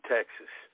Texas